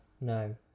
no